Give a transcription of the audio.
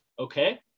Okay